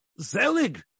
zelig